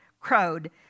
crowed